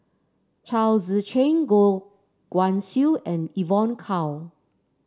Chao Tzee Cheng Goh Guan Siew and Evon Kow